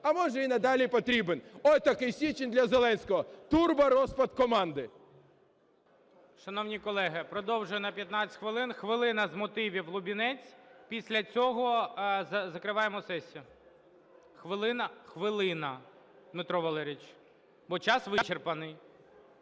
А може і надалі потрібен. Отакий січень для Зеленського – турборозпад команди.